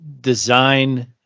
design